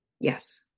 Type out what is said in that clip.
Yes